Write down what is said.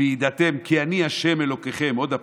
וידעתם כי אני ה' אלהיכם" עוד פעם,